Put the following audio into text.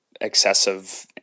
excessive